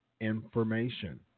information